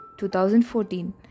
2014